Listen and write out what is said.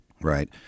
right